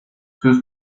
sus